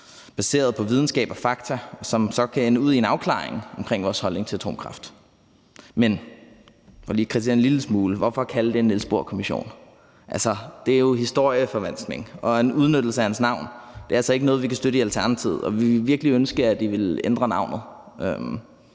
baseret på videnskab og fakta, hvilket så kan ende ud i en afklaring omkring vores holdning til atomkraft. Men – for lige at kritisere en lille smule – hvorfor kalde det en Niels Bohr-kommission? Altså, det er jo historieforvanskning og en udnyttelse af hans navn; det er altså ikke noget, vi kan støtte i Alternativet, og vi ville virkelig ønske, at I ville ændre navnet.